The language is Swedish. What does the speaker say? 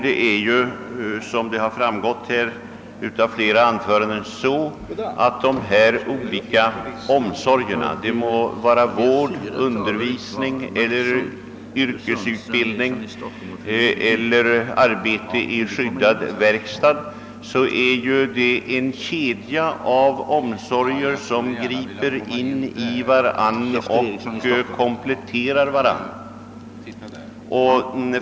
De olika formerna av omsorger — det må vara fråga om vård, undervisning, yrkesutbildning elier arbete i skyddad verkstad — representerar en kedja av åtgärder som griper in i och kompletterar varandra.